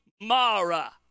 Mara